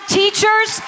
teachers